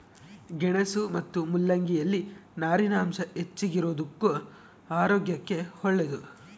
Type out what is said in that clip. ಗೆಣಸು ಮತ್ತು ಮುಲ್ಲಂಗಿ ಯಲ್ಲಿ ನಾರಿನಾಂಶ ಹೆಚ್ಚಿಗಿರೋದುಕ್ಕ ಆರೋಗ್ಯಕ್ಕೆ ಒಳ್ಳೇದು